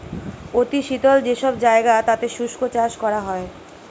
অতি শীতল যে সব জায়গা তাতে শুষ্ক চাষ করা হয়